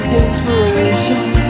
inspiration